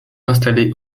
installés